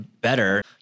better